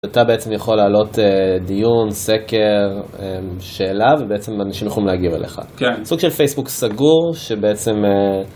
אתה בעצם יכול להעלות דיון, סקר, שאלה ובעצם אנשים יכולים להגיב אליך. סוג של פייסבוק סגור שבעצם...